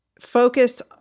focus